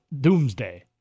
doomsday